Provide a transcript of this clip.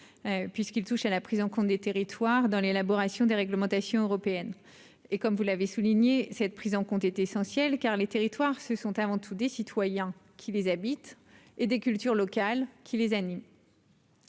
puisqu'il touche à la prise en compte des territoires dans l'élaboration des réglementations européennes et comme vous l'avez souligné cette prise en compte est essentiel car les territoires, ce sont avant tout des citoyens qui les habite et des cultures locales qui les anime.